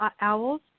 owls